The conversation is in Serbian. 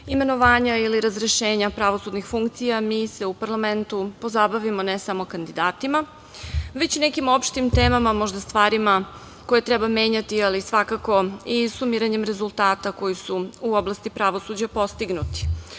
imenovanja ili razrešenja pravosudnih funkcija mi se u parlamentu pozabavimo ne samo kandidatima već i nekim opštim temama, stvarima koje treba menjati, ali svakako i sumiranjem rezultata koji su u oblasti pravosuđa postignuti. Takođe,